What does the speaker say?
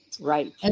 right